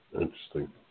Interesting